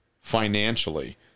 financially